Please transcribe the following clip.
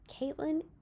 Caitlin